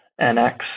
NX